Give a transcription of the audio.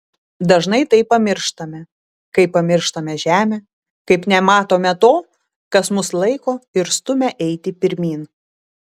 dažnai tai pamirštame kaip pamirštame žemę kaip nematome to kas mus laiko ir stumia eiti pirmyn